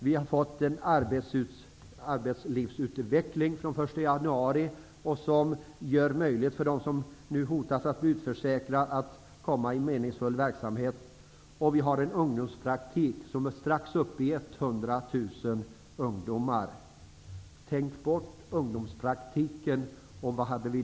Vi har fått bestämmelser om arbetslivsutveckling från den 1 januari som gör det möjligt för dem som hotas av utförsäkring att komma i meningsfull verksamhet. Vi har ett system med ungdomspraktik som snart omfattar 100 000 ungdomar. Var hade vi stått utan ungdomspraktiken?